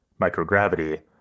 microgravity